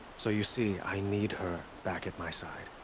so you see, i need her back at my side.